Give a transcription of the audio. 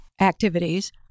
activities